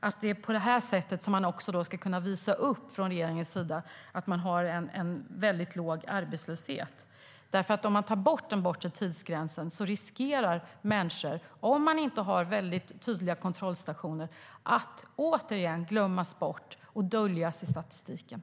Jag är rädd för att det är på det sättet som man från regeringens sida ska kunna visa upp att man har en väldigt låg arbetslöshet. Om man tar bort den bortre tidsgränsen riskerar människor, om man inte har väldigt tydliga kontrollstationer, att återigen glömmas bort och döljas i statistiken.